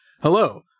hello